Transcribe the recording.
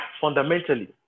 Fundamentally